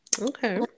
okay